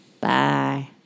Bye